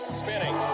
Spinning